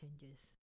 changes